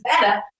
better